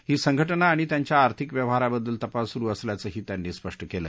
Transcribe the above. ही संघटना आणि त्यांच्या आर्थिक व्यवहाराबद्दल तपास सुरु असल्याचंही त्यांनी स्पष्ट केलं